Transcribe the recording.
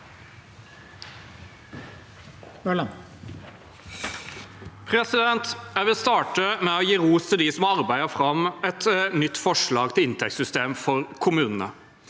Jeg vil starte med å gi ros til dem som har arbeidet fram et nytt forslag til inntektssystem for kommunene.